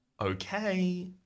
Okay